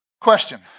question